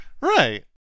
Right